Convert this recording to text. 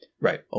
right